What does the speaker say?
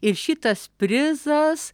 ir šitas prizas